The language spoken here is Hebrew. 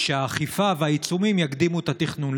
שהאכיפה והעיצומים יקדימו את התכנון.